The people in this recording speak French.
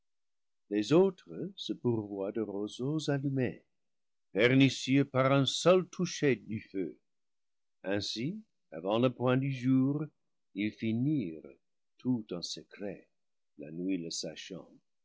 les autres se pourvoient de roseaux allumés pernicieux par le seul toucher du feu ainsi avant le point du jour ils finirent livre vi tout en secret la nuit le sachant